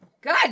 Good